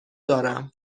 دارم